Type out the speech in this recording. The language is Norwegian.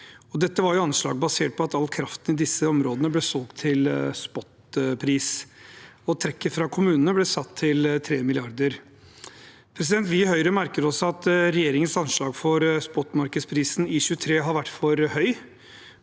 Dette var anslag basert på at all kraften i disse områdene ble solgt til spotpris. Trekket fra kommunene ble satt til 3 mrd. kr. Vi i Høyre merker oss at regjeringens anslag for spotmarkedsprisen i 2023 har vært for høyt,